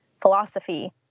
philosophy